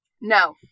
No